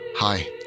Hi